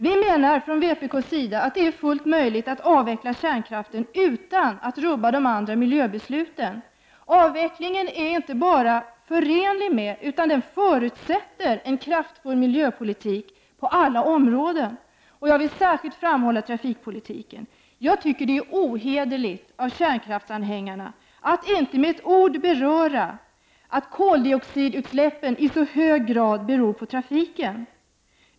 Vi menar från vpk:s sida att det är fullt möjligt att avveckla kärnkraften utan att rubba de andra miljöbesluten. Avvecklingen är inte bara förenlig med utan förutsätter en kraftfull miljöpolitik på alla områden. Jag vill särskilt framhålla trafikpolitiken. Jag tycker att det är ohederligt av kärnkraftsanhängarna att inte med ett ord beröra att koldioxidutsläppen i så hög grad beror på trafiken.